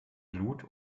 glut